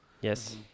Yes